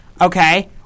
Okay